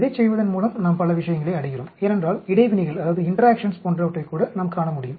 இதைச் செய்வதன் மூலம் நாம் பல விஷயங்களை அடைகிறோம் ஏனென்றால் இடைவினைகள் போன்றவற்றைக் கூட நாம் காண முடியும்